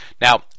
Now